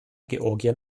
georgien